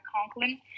Conklin